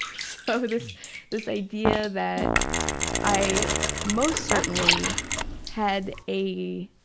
so this this idea that i most certainly had a